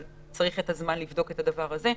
אבל צריך את הזמן לבדוק את הדבר הזה.